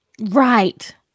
right